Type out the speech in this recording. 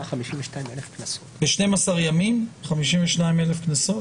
ב-12 ימים 52,000 קנסות?